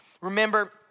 remember